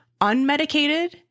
unmedicated